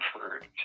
comfort